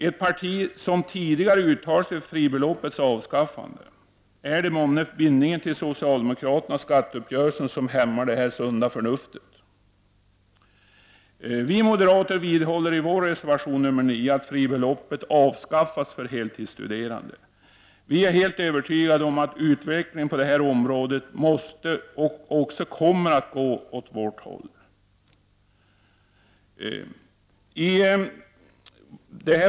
Folkpartiet har ju tidigare uttalat sig för fribeloppets avskaffande. Är det månne bindningen till socialdemokraterna och skatteuppgörelsen som hämmar det sunda förnuftet? Vi moderater vidhåller i reservation nr 9 att fribeloppet måste avskaffas för heltidsstuderande. Vi är övertygade om att utvecklingen på detta område måste och också kommer att gå i den riktning som vi önskar.